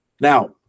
Now